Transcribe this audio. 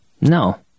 No